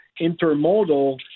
intermodal